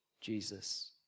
Jesus